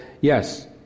yes